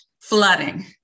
Flooding